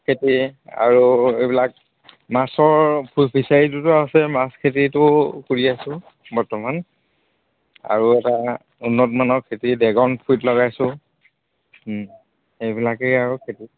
খেতি আৰু এইবিলাক মাছৰ ফিচাৰীটোতো আছে মাছ খেতিটো কৰি আছোঁ বৰ্তমান আৰু এটা উন্নতমানৰ খেতি ডেগন ফ্ৰুইট লগাইছোঁ এইবিলাকেই আৰু খেতি